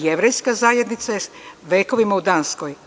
Jevrejska zajednica je vekovima u Danskoj.